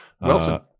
Wilson